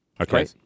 Okay